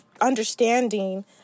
understanding